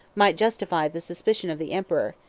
might justify the suspicion of the emperor,